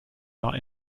war